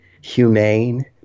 humane